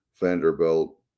Vanderbilt